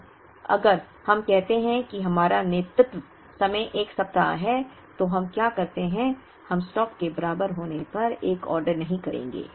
अब अगर हम कहते हैं कि हमारा नेतृत्व समय 1 सप्ताह है तो हम क्या करते हैं हम स्टॉक के बराबर होने पर एक ऑर्डर नहीं करेंगे